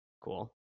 cool